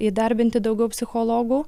įdarbinti daugiau psichologų